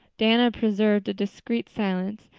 diana preserved a discreet silence,